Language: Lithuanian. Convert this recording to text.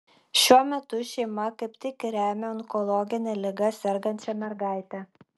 šiuo metu šeima kaip tik remia onkologine liga sergančią mergaitę